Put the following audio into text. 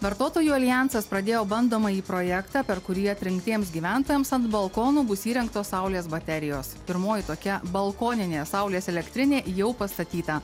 vartotojų aljansas pradėjo bandomąjį projektą per kurį atrinktiems gyventojams ant balkonų bus įrengtos saulės baterijos pirmoji tokia balkoninė saulės elektrinė jau pastatyta